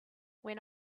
when